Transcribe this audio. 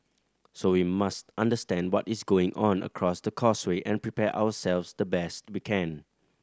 so we must understand what is going on across the causeway and prepare ourselves the best we can